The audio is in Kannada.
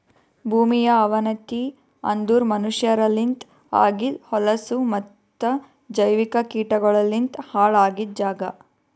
ಭೂಮಿಯ ಅವನತಿ ಅಂದುರ್ ಮನಷ್ಯರಲಿಂತ್ ಆಗಿದ್ ಹೊಲಸು ಮತ್ತ ಜೈವಿಕ ಕೀಟಗೊಳಲಿಂತ್ ಹಾಳ್ ಆಗಿದ್ ಜಾಗ್